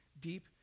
Deep